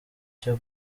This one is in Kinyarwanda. cyo